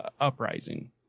uprising